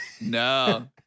No